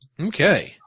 Okay